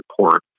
Report